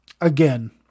Again